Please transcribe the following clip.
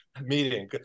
meeting